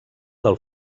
del